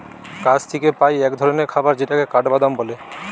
গাছ থিকে পাই এক ধরণের খাবার যেটাকে কাঠবাদাম বলে